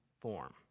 form